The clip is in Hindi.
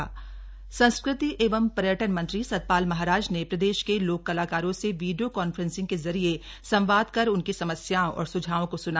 पर्यटन मंत्री वीसी संस्कृति एवं पर्यटन मंत्री सतपाल महाराज ने प्रदेश के लोक कलाकारों से वीडियो कॉन्फ्रेंसिंग के जरिये संवाद कर उनकी समस्याओं और स्झावों को सुना